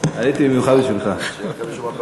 במיוחד בשבילך.